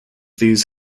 these